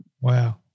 Wow